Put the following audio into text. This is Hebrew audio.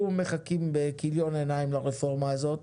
אנחנו מחכים בכיליון עיניים לרפורמה הזאת,